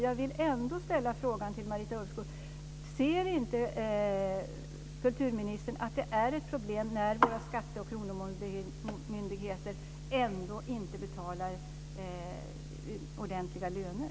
Jag vill ändå till Marita Ulvskog ställa frågan: Ser inte kulturministern att det är ett problem när skatteoch kronomyndigheter inte betalar ordentliga löner?